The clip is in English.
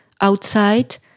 outside